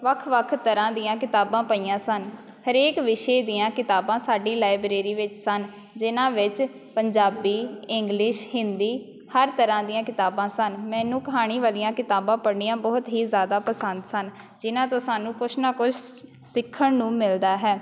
ਵੱਖ ਵੱਖ ਤਰ੍ਹਾਂ ਦੀਆਂ ਕਿਤਾਬਾਂ ਪਈਆਂ ਸਨ ਹਰੇਕ ਵਿਸ਼ੇ ਦੀਆਂ ਕਿਤਾਬਾਂ ਸਾਡੀ ਲਾਇਬ੍ਰੇਰੀ ਵਿੱਚ ਸਨ ਜਿਨ੍ਹਾਂ ਵਿੱਚ ਪੰਜਾਬੀ ਇੰਗਲਿਸ਼ ਹਿੰਦੀ ਹਰ ਤਰ੍ਹਾਂ ਦੀਆਂ ਕਿਤਾਬਾਂ ਸਨ ਮੈਨੂੰ ਕਹਾਣੀ ਵਾਲੀਆਂ ਕਿਤਾਬਾਂ ਪੜ੍ਹਣੀਆਂ ਬਹੁਤ ਹੀ ਜ਼ਿਆਦਾ ਪਸੰਦ ਸਨ ਜਿਨ੍ਹਾਂ ਤੋ ਸਾਨੂੰ ਕੁਛ ਨਾ ਕੁਛ ਸਿੱਖਣ ਨੂੰ ਮਿਲਦਾ ਹੈ